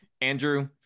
Andrew